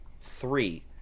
Three